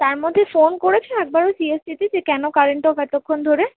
তার মধ্যে ফোন করেছো একবারও সি এস সিতে যে কেনো কারেন্ট অফ এতক্ষণ ধরে